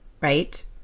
right